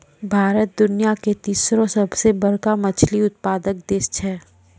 भारत दुनिया के तेसरो सभ से बड़का मछली उत्पादक देश छै